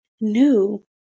new